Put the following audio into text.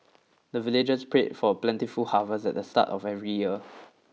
the villagers pray for plentiful harvest at the start of every year